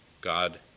God